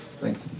Thanks